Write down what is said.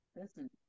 listen